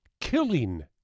killing